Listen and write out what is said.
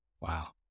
Wow